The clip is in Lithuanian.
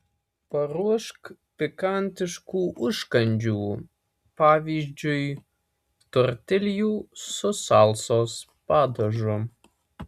paruošk pikantiškų užkandžių pavyzdžiui tortiljų su salsos padažu